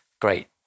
great